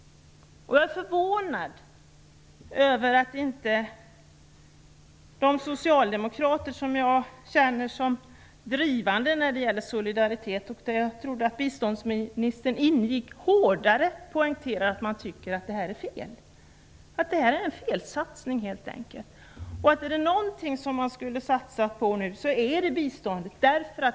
Jag är förvånad över att inte de socialdemokrater som jag känner som drivande när det gäller solidaritet - och där jag trodde att biståndsministern ingick - hårdare poängterar att man tycker att det här är fel, att det här helt enkelt är en felsatsning. Är det någonting man skulle satsa på nu så är det bistånd.